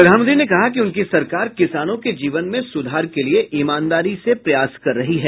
प्रधानमंत्री ने कहा कि उनकी सरकार किसानों के जीवन में सुधार के लिए ईमानदारी से प्रयास कर रही है